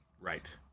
Right